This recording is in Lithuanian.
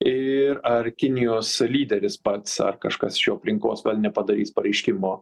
ir ar kinijos lyderis pats ar kažkas iš jo aplinkos vėl nepadarys pareiškimo